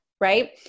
right